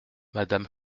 madame